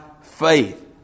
faith